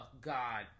god